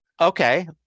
Okay